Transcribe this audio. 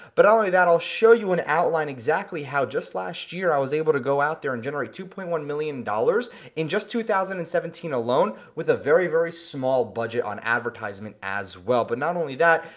but not only that, i'll show you an outline exactly how just last year i was able to go out there and generate two point one million dollars in just two thousand and seventeen alone with a very very small budget on advertisement as well, but not only that,